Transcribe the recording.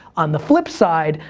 on the flip side,